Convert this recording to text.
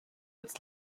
its